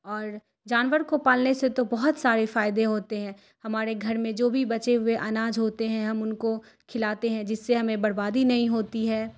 اور جانور کو پالنے سے تو بہت سارے فائدے ہوتے ہیں ہمارے گھر میں جو بھی بچے ہوئے اناج ہوتے ہیں ہم ان کو کھلاتے ہیں جس سے ہمیں بربادی نہیں ہوتی ہے